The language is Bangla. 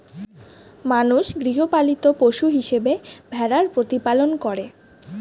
মানুষ গৃহপালিত পশু হিসেবে ভেড়ার প্রতিপালন করে